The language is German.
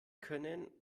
können